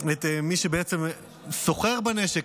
את מי שסוחר בנשק,